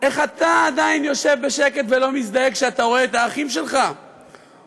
איך אתה עדיין יושב בשקט ולא מזדעק כשאתה רואה את האחים שלך מובלים